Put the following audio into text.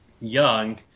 young